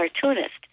cartoonist